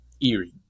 eerie